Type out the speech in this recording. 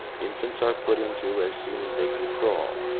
infants are put into as soon as they can crawl.